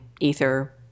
ether